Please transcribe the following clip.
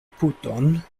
puton